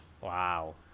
wow